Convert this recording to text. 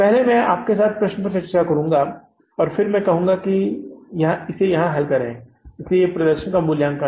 पहले मैं आपके साथ प्रश्न पर चर्चा करुंगा और फिर मैं कहूँगा कि इसे यहां हल करें इसलिए प्रदर्शन का मूल्यांकन